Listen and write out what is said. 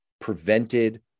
prevented